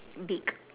beak